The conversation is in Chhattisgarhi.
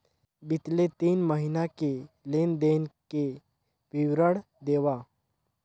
बितले तीन महीना के लेन देन के विवरण देवा?